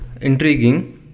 intriguing